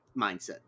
mindset